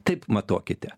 taip matuokite